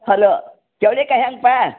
hello ಚೌಳಿ ಕಾಯಿ ಹ್ಯಾಂಗೆ ಪಾ